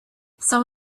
some